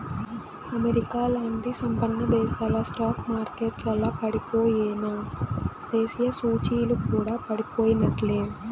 అమెరికాలాంటి సంపన్నదేశాల స్టాక్ మార్కెట్లల పడిపోయెనా, దేశీయ సూచీలు కూడా పడిపోయినట్లే